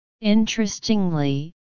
Interestingly